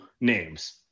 names